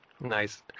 Nice